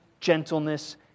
gentleness